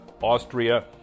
Austria